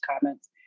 comments